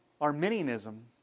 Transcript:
Arminianism